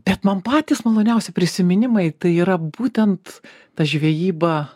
bet man patys maloniausi prisiminimai tai yra būtent ta žvejyba